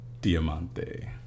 Diamante